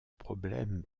problèmes